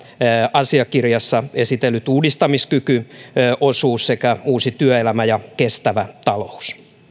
asiakirjassa esitellyt uudistumiskyky osuus sekä uusi työelämä ja kestävä talous